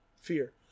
Fear